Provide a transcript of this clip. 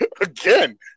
Again